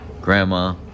grandma